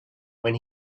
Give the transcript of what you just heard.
when